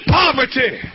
poverty